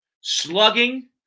slugging